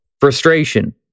frustration